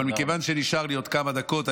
אבל מכיוון שנשארו לי עוד כמה דקות,